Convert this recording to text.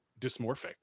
dysmorphic